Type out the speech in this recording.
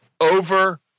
over